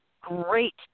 great